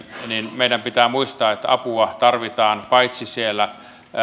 meidän pitää muistaa että apua tarvitaan paitsi siellä